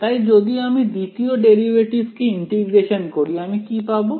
তাই যদি আমি দ্বিতীয় ডেরিভেটিভকে ইন্টিগ্রেশন করি আমি কি পাবো